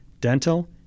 dental